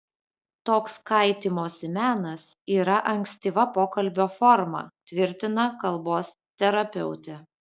toks kaitymosi menas yra ankstyva pokalbio forma tvirtina kalbos terapeutė